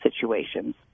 situations